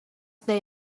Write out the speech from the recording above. they